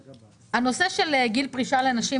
הנושא של גיל פרישה לנשים.